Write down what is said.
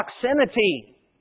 proximity